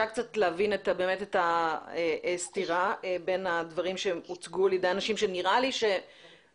קצת להבין את הסתירה בין הדברים שהוצגו על ידי אנשים שנראה לי שבקיאים.